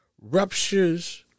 ruptures